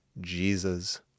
Jesus